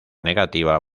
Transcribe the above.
negativa